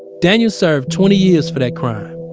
daniel served twenty years for that crime.